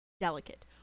delicate